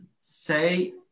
say